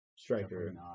striker